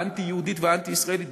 האנטי-יהודית והאנטי-ישראלית,